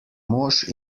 mož